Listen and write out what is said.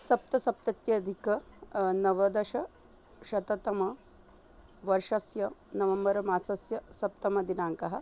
सप्तसप्तत्यधिक नवदशशततमवर्षस्य नवम्बर्मासस्य सप्तमदिनाङ्कः